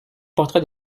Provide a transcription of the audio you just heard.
portrait